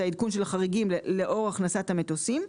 העדכון של החריגים לאור הכנסת המטוסים.